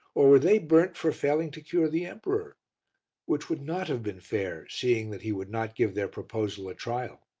or were they burnt for failing to cure the emperor which would not have been fair, seeing that he would not give their proposal a trial.